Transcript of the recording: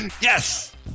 Yes